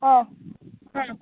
आं हां